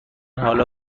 حالا